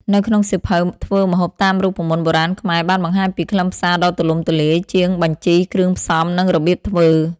នៅក្នុងសៀវភៅធ្វើម្ហូបតាមរូបមន្តបុរាណខ្មែរបានបង្ហាញពីខ្លឹមសារដ៏ទូលំទូលាយជាងបញ្ជីគ្រឿងផ្សំ និងរបៀបធ្វើ។